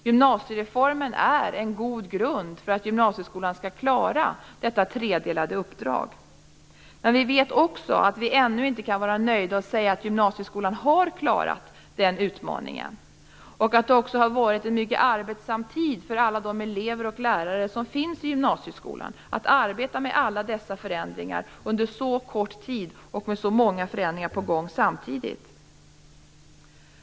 Gymnasiereformen är en god grund för att gymnasieskolan skall klara detta tredelade uppdrag. Vi vet också att vi ännu inte kan vara nöjda och säga att gymnasieskolan har klarat den utmaningen. Det har också varit en mycket arbetsam tid för alla de elever och lärare som finns i gymnasieskolan att arbeta med alla dessa förändringar under så kort tid och med så många förändringar på gång samtidigt.